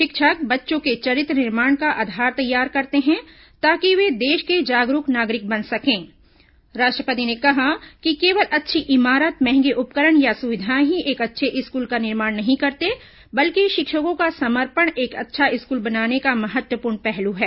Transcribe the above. शिक्षक बच्चों के चरित्र निर्माण का आधार तैयार करते हैं ताकि वे देश के जागरूक नागरिक बन सके राष्ट्रपति ने कहा कि केवल अच्छी इमारत महंगे उपकरण या सुविधाएं ही एक अच्छे स्कूल का निर्माण नहीं करते बल्कि शिक्षकों का समर्पण एक अच्छा स्कूल बनाने का महत्वपूर्ण पहलू है